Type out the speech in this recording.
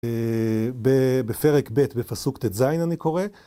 בפרק ב' בפסוק טז' אני קורא.